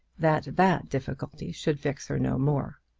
that that difficulty should vex her no more.